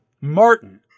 Martin